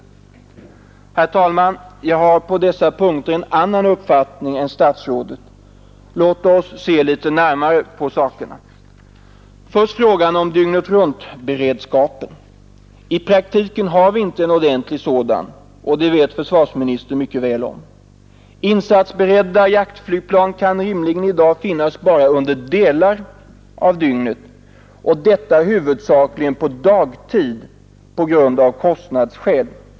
Jag har på dessa punkter en annan uppfattning än statsrådet. Låt oss se litet närmare på sakerna. Först frågan om dygnet-runt-beredskapen! I praktiken har vi inte någon ordentlig sådan, och det vet försvarsministern mycket väl. Insatsberedda jaktflygplan kan i dag rimligen bara finnas under delar av dygnet, av kostnadsskäl huvudsakligen under dagtid.